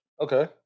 Okay